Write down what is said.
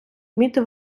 вміти